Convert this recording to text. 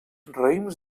raïms